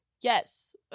Yes